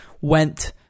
went